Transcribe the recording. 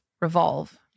Revolve